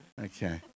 Okay